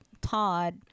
Todd